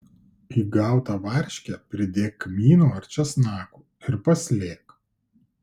į gautą varškę pridėk kmynų ar česnakų ir paslėk